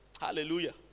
Hallelujah